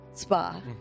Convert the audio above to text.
spa